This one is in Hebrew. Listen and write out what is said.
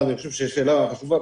אני חושב שהשאלה חשובה.